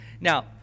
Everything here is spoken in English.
now